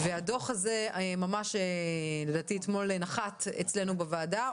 הדוח הזה, לדעתי ממש אתמול נחת אצלנו בוועדה.